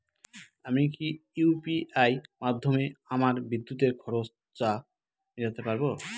আমি কি ইউ.পি.আই মাধ্যমে আমার বিদ্যুতের খরচা মেটাতে পারব?